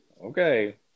Okay